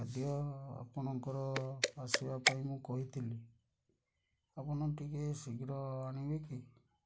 ଖାଦ୍ୟ ଆପଣଙ୍କର ଆସିବା ପାଇଁ ମୁଁ କହିଥିଲି ଆପଣ ଟିକେ ଶୀଘ୍ର ଆଣିବେ କି